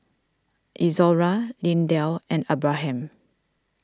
Izora Lindell and Abraham